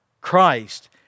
Christ